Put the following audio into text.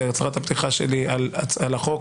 להצהרת הפתיחה שלי על החוק.